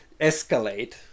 escalate